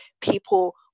people